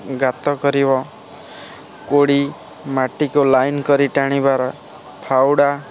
ଗାତ କରିବ ଗୋଡ଼ି ମାଟିକୁ ଲାଇନ୍ କରି ଟାଣିବାର ଫାଉଡ଼ା